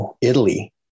Italy